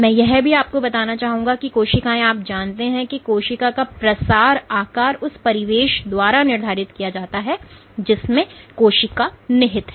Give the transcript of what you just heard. मैं यह भी आपको बताना चाहूंगा कि कोशिकाएं आप जानते हैं कि कोशिका का प्रसार आकार उस परिवेश द्वारा निर्धारित किया जाता है जिसने कोशिका निहित है